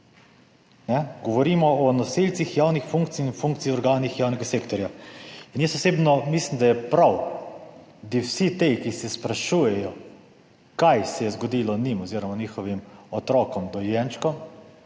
Govorimo o nosilcih javnih funkcij in funkcij v organih javnega sektorja. Jaz osebno mislim, da je prav, da vsi ti, ki se sprašujejo, kaj se je zgodilo njim oziroma njihovim otrokom, dojenčkom,